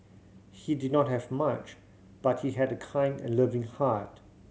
he did not have much but he had a kind and loving heart